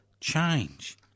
change